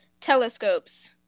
Telescopes